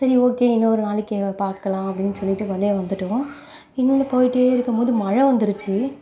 சரி ஓகே இன்னொரு நாளைக்கு பார்க்கலாம் அப்டின்னு சொல்லிட்டு வெளியே வந்துட்டோம் இன்னோன்று போயிட்டே இருக்கும் போது மழை வந்திருச்சு